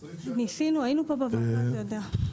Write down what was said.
ניסינו, היינו פה בוועדה, אתה יודע.